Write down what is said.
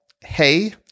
Hey